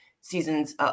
seasons